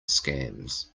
scams